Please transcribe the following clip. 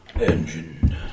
Engine